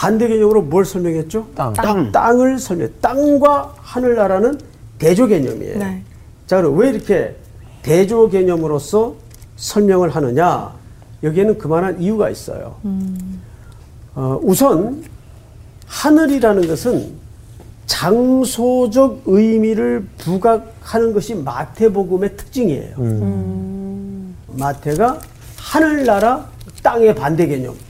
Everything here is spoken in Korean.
반대 개념으로 뭘 설명했죠? 땅. 땅. 땅을 설명해요. 땅과 하늘나라는 대조 개념이에요. 네. 자, 그럼 왜 이렇게 대조 개념으로서 설명을 하느냐? 여기에는 그만한 이유가 있어요. 음. 어, 우선 하늘이라는 것은 장소적 의미를 부각하는 것이 마태복음의 특징이에요. 음. 음. 마태가 하늘나라, 땅의 반대 개념.